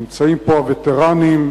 נמצאים פה הווטרנים,